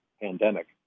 pandemic